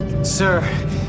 Sir